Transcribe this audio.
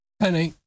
Penny